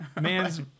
man's